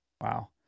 Wow